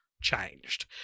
changed